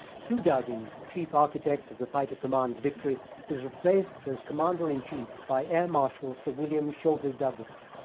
hugh dowding, chief architect of the fighter command's victory was replaced as commander in chief by air marshal sir william sholto douglas.